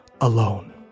alone